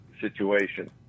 situation